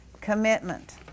Commitment